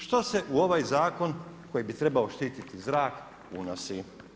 Što se u ovaj zakon koji bi trebao štiti zrak, unosi?